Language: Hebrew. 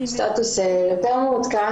סטטוס יותר מעודכן.